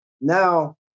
Now